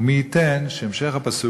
ומי ייתן שהמשך הפסוק,